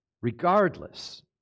Regardless